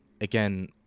again